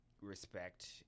respect